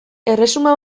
erresuma